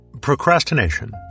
Procrastination